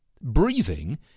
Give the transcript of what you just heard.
Breathing